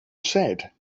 said